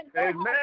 amen